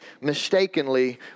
mistakenly